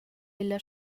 ella